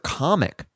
comic